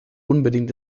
unbedingt